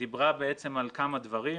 דיברה בעצם על כמה דברים,